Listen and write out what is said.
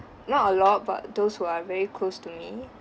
not a lot but those who are very close to me